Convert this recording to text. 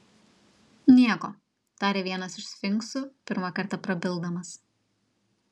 nieko tarė vienas iš sfinksų pirmą kartą prabildamas